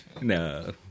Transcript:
no